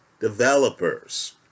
developers